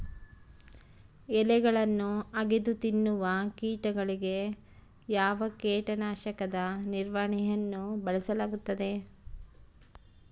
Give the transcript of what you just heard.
ಎಲೆಗಳನ್ನು ಅಗಿದು ತಿನ್ನುವ ಕೇಟಗಳಿಗೆ ಯಾವ ಕೇಟನಾಶಕದ ನಿರ್ವಹಣೆಯನ್ನು ಬಳಸಲಾಗುತ್ತದೆ?